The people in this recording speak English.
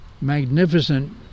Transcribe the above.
magnificent